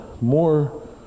more